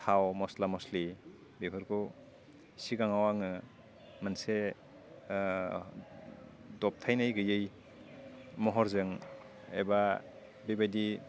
थाव मसला मस्लि बेफोरखौ सिगङाव आङो मोनसे दबथायनाय गैयै महरजों एबा बेबायदि